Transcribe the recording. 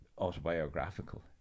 autobiographical